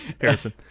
Harrison